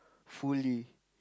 fully